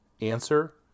Answer